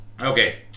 Okay